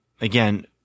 Again